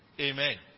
Amen